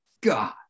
god